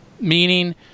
meaning